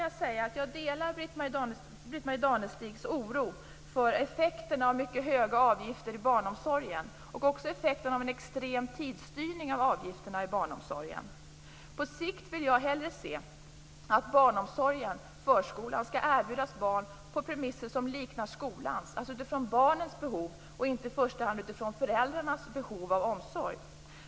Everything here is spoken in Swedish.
Jag delar Britt-Marie Danestigs oro för effekterna av mycket höga avgifter i barnomsorgen och effekterna av en extrem tidsstyrning av avgifterna i barnomsorgen. På sikt vill jag hellre se att barnomsorgen och förskolan skall erbjudas barn på premisser som liknar skolans, dvs. från barnens behov och inte i första hand från föräldrarnas behov av omsorg.